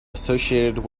associated